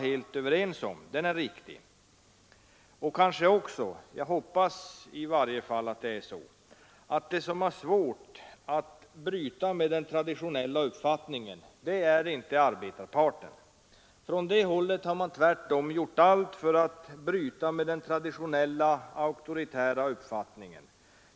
Vi kan också vara överens om — jag hoppas i varje fall det — att de som har svårt att bryta med den traditionella uppfattningen inte är arbetarna. Från det hållet har man tvärtom gjort allt för att bryta med den traditionella auktoritära uppfattningen.